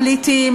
פליטים,